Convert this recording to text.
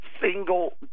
single